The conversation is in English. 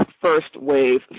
first-wave